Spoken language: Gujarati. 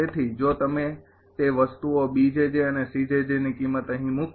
તેથી જો તમે તે વસ્તુઓ અને ની કિંમત અહીં મૂકો